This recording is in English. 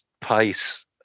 pace